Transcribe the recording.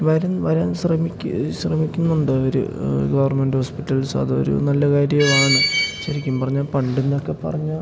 വരും വരാൻ ശ്രമിക്ക് ശ്രമിക്കുന്നുണ്ട് അവർ ഗവർമെൻന്റ് ഹോസ്പിറ്റൽസ് അതൊരു നല്ല കാര്യമാണ് ശരിക്കും പറഞ്ഞാൽ പണ്ട് എന്നൊക്കെ പറഞ്ഞാൽ